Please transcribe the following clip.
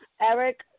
Eric